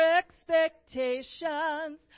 expectations